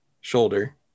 shoulder